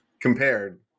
compared